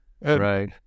right